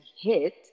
hit